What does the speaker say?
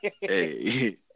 Hey